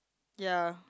ya